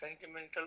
sentimental